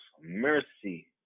Mercy